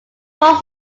falls